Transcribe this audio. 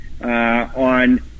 on